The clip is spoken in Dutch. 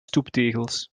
stoeptegels